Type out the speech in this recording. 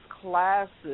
classes